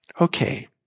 okay